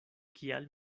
kial